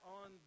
on